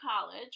college